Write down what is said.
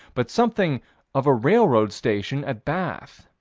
but something of a railroad station, at bath.